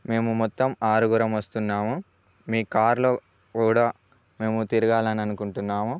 మేము మొత్తం ఆరుగురం వస్తున్నాము మీ కార్లో కూడా మేము తిరగాలని అనుకుంటున్నాము